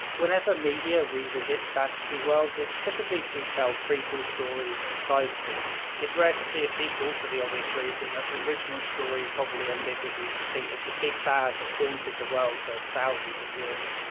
whenever media revisits fantasy worlds, it's typically to tell prequel stories or side stories. it's rare to see a sequel for the obvious reason that the original story probably ended with the defeat of the big bad that haunted the world for thousands of years.